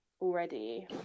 already